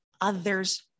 others